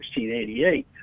1688